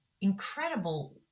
incredible